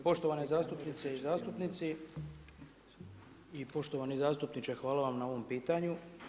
Poštovani zastupnice i zastupnici i poštovani zastupniče hvala vam na ovom pitanju.